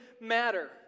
matter